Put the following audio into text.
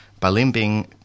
Balimbing